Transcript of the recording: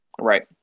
Right